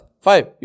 Five